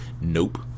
nope